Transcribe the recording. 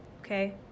okay